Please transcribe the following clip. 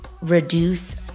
reduce